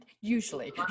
Usually